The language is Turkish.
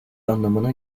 anlamına